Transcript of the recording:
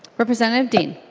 representative dehn